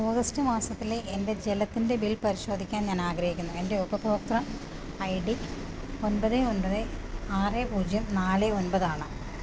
August മാസത്തിലെ എൻ്റെ ജലത്തിൻ്റെ ബിൽ പരിശോധിക്കാൻ ഞാൻ ആഗ്രഹിക്കുന്നു എൻ്റെ ഉപഭോക്തൃ ഐ ഡി ഒമ്പത് ഒമ്പത് ആറ് പൂജ്യം നാല് ഒമ്പത് ആണ്